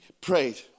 prayed